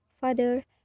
father